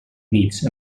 units